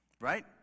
Right